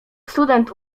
student